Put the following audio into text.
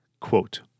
Quote